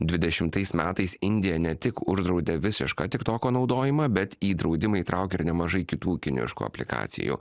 dvidešimtais metais indija ne tik uždraudė visišką tiktoko naudojimą bet į draudimą įtraukė nemažai kitų kiniškų aplikacijų